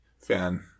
fan